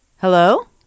Hello